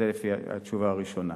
זו התשובה הראשונה.